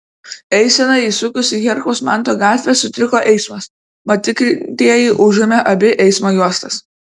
eisenai įsukus į herkaus manto gatvę sutriko eismas mat tikintieji užėmė abi eismo juostas